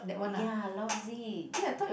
ya lousy